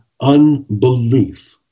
unbelief